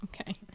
Okay